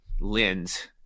lens